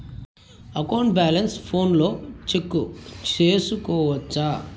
account balance ఫోనులో check సేసుకోవచ్చా